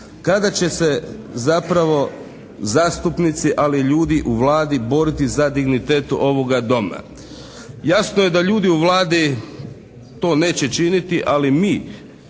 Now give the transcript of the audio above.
Kada će se zapravo zastupnici, ali i ljudi u Vladi boriti za dignitet ovoga Doma? Jasno je da ljudi u Vladi to neće činiti, ali mi